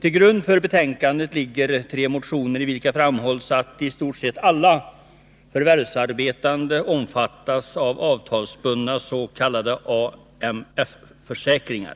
Till grund för betänkandet ligger tre motioner i vilka framhålls att i stort sett alla förvärvsarbetande omfattas av avtalsbundna s.k. AMF-försäkringar.